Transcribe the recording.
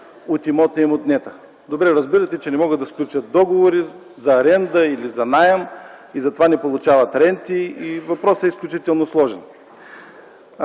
от имота им е отнета. Добре разбирате, че не могат да сключват договори за аренда или за наем и затова не получават ренти. Въпросът е изключително сложен.